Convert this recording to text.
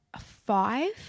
five